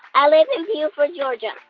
i live in buford, ga.